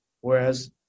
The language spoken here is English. Whereas